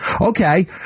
Okay